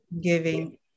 giving